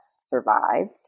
survived